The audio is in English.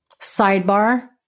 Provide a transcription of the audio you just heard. Sidebar